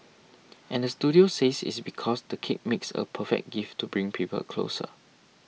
and the studio says it's because the cake makes a perfect gift to bring people closer